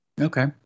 Okay